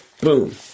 Boom